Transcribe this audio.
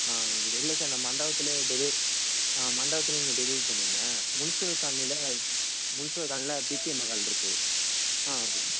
ஆ இல்லை சார் இந்த மண்டபத்துலே டெலிவரி ஆ மண்டபத்தில் நீங்கள் டெலிவரி பண்ணிருங்க முனிஸ்பல் காலனியில் முனிஸ்பல் காலனியில் பிகே மஹால் இருக்கு ஆ ஓகே சார்